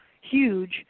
huge